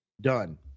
Done